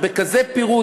בכזה פירוט,